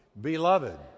Beloved